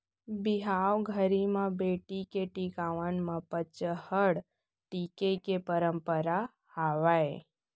बिहाव घरी म बेटी के टिकावन म पंचहड़ टीके के परंपरा हावय